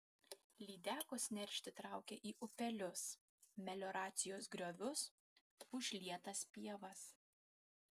lydekos neršti traukia į upelius melioracijos griovius užlietas pievas